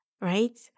right